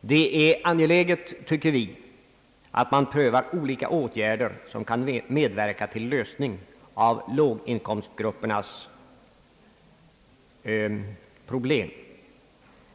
Det är angeläget, anser vi, att pröva olika åtgärder som kan medverka till en lösning av låginkomstgruppernas problem.